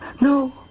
No